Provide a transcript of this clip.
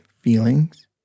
Feelings